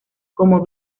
como